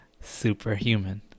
superhuman